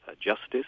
justice